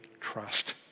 trust